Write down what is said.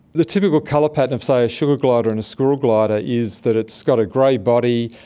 the typical colour pattern of, say, a sugar glider and a squirrel glider is that it's got a grey body,